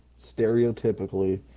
stereotypically